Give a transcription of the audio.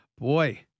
Boy